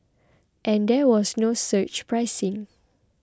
and there was no surge pricing